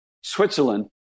Switzerland